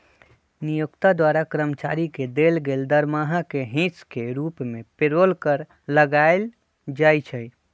नियोक्ता द्वारा कर्मचारी के देल गेल दरमाहा के हिस के रूप में पेरोल कर लगायल जाइ छइ